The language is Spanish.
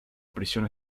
prisión